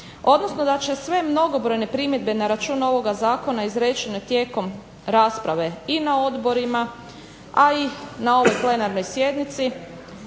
odnosno da će sve mnogobrojne primjedbe na račun ovoga zakona izrečene tijekom rasprave i na odborima, a i na ovoj plenarnoj sjednici